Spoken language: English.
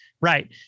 Right